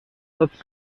tots